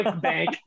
bank